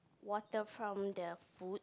water from the food